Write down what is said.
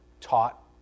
taught